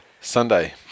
Sunday